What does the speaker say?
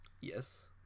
Yes